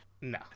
no